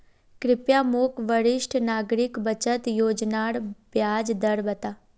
कृप्या मोक वरिष्ठ नागरिक बचत योज्नार ब्याज दर बता